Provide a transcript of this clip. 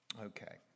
Okay